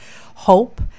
hope